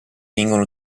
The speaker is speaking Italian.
vengono